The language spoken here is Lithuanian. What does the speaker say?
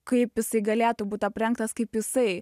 kaip jisai galėtų būt aprengtas kaip jisai